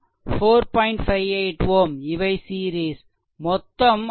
58 Ω இவை சீரிஸ் மொத்தம் RThevenin 13